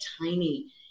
tiny